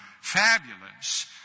fabulous